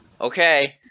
Okay